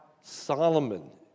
Solomon